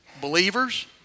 believers